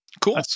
cool